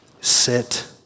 sit